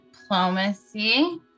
diplomacy